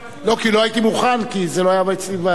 כי לא הייתי מוכן, כי זה לא היה אצלי באג'נדה.